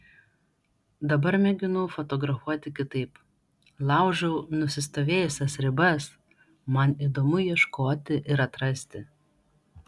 dabar mėginu fotografuoti kitaip laužau nusistovėjusias ribas man įdomu ieškoti ir atrasti